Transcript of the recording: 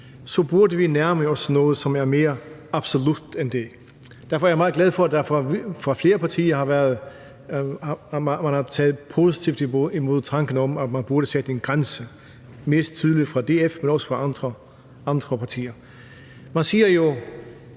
burde vi nærme os noget, som er mere absolut end det. Derfor er jeg meget glad for, at flere partier har taget positivt imod tanken om, at man burde sætte en grænse. Det er mest tydeligt fra DF, men også fra andre partier. Man siger jo,